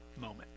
moment